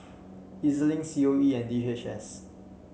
EZ Link C O E and D H S